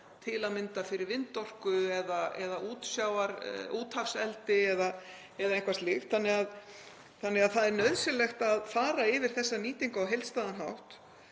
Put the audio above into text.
til að mynda fyrir vindorku eða úthafseldi eða eitthvað slíkt, þannig að það er nauðsynlegt að fara yfir þessa nýtingu á heildstæðan hátt